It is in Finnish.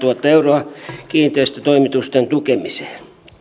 euroa kiinteistötoimitusten tukemiseen